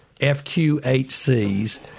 FQHCs